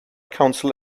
council